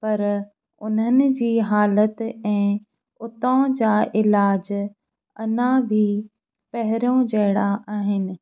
पर उन्हनि जी हालतु ऐं उतों जा इलाज अञा बि पहिरियों जहिड़ा आहिनि